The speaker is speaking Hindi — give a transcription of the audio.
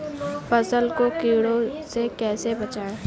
फसल को कीड़ों से कैसे बचाएँ?